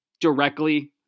directly